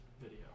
video